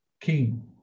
king